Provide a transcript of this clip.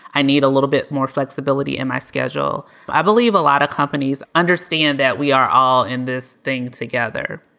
i need a little bit more flexibility in my schedule. i believe a lot of companies. understand that we are all in this thing together.